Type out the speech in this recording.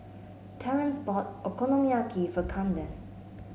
Terance bought Okonomiyaki for Kamden